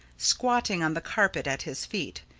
squatting on the carpet at his feet,